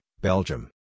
Belgium